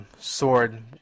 sword